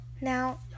Now